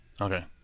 Okay